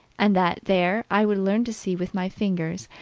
and that there i would learn to see with my fingers,